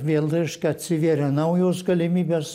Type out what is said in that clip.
vėl reiškia atsivėrė naujos galimybės